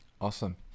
awesome